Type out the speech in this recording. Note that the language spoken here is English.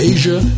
Asia